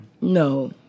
No